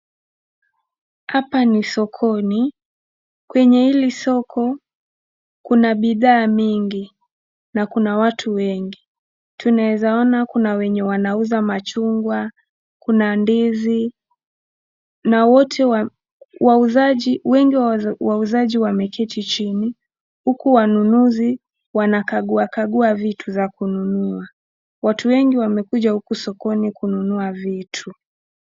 Hapa ni sokoni. Kwenye hili soko kuna bidhaa mingi na kuna watu wengi. Tunawezaona kuna wenye wanauza machungwa, kuna ndizi na wote wauzaji wengi wauzaji wameketi chini huku wanunuzi wanakaguakagua vitu za kununua. Watu wengi wamekuja huku sokoni kununua vitu.